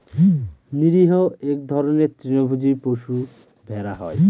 নিরীহ এক ধরনের তৃণভোজী পশু ভেড়া হয়